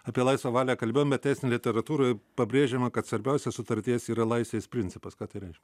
apie laisvą valią kalbėjom bet teisinėj literatūroj pabrėžiama kad svarbiausia sutarties yra laisvės principas ką tai reiš